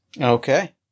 Okay